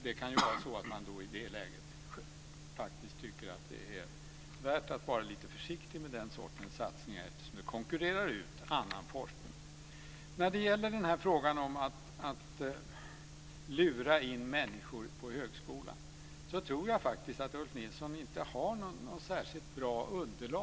Det kan vara så att man i det läget tycker att det är värt att vara lite försiktig med den sortens satsningar eftersom de konkurrerar ut annan forskning. När det gäller frågan om att lura in människor på högskolan tror jag att Ulf Nilsson inte har något särskilt bra underlag.